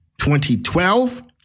2012